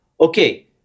Okay